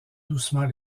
doucement